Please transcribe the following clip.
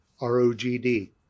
ROGD